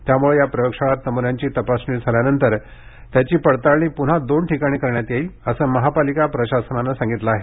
त्यामुळे या प्रयोगशाळांत नमुन्यांची तपासणी झाल्यानंतर त्याची पडताळणी पुन्हा दोन ठिकाणी तपासून करण्यात येईल असं महापालिका प्रशासनानं सांगितलं आहे